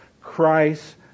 Christ